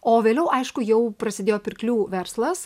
o vėliau aišku jau prasidėjo pirklių verslas